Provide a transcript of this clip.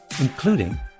including